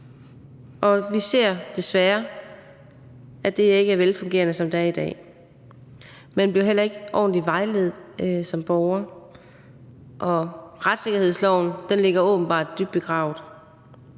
Og vi ser desværre, at det ikke er velfungerende, som det er i dag. Man bliver heller ikke ordentligt vejledt som borger, og retssikkerhedsloven ligger åbenbart dybt begravet.